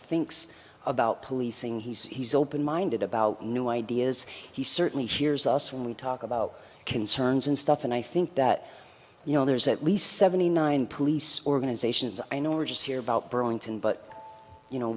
thinks about policing he's open minded about new ideas he certainly hears us when we talk about concerns and stuff and i think that you know there's at least seventy nine police organizations i know are just here about burlington but you know